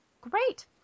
Great